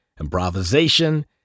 improvisation